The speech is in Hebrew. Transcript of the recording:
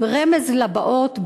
עם רמז לבאות,